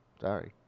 Sorry